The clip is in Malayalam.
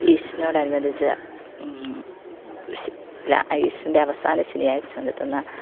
ഈസ്റ്ററിനോട് അനുബന്ധിച്ച് ഈസ്റ്ററിൻ്റെ അവസാന ശനിയാഴ്ച നടത്തുന്ന